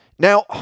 Now